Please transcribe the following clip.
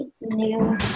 new